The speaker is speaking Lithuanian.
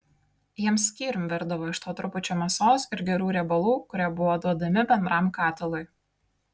jiems skyrium virdavo iš to trupučio mėsos ir gerų riebalų kurie buvo duodami bendram katilui